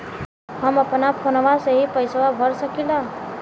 हम अपना फोनवा से ही पेसवा भर सकी ला?